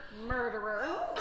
murderer